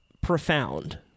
profound